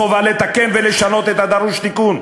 חובה לתקן ולשנות את הדרוש תיקון,